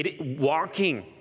Walking